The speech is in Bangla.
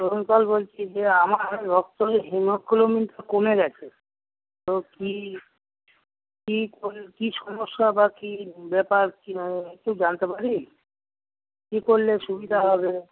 তরুন পাল বলছি যে আমার রক্তে হিমোগ্লোবিনটা কমে গেছে তো কি কি কি সমস্যা বা কি ব্যাপার কি না একটু জানতে পারি কি করলে সুবিধা হবে